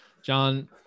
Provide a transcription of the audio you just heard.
John